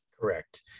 Correct